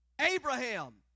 Abraham